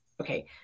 Okay